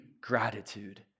gratitude